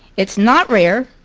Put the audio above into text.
it's not rare.